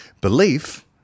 belief